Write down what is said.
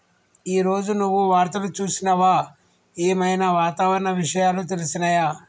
ఈ రోజు నువ్వు వార్తలు చూసినవా? ఏం ఐనా వాతావరణ విషయాలు తెలిసినయా?